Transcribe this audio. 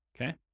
okay